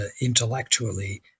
intellectually